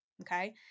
Okay